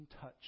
touch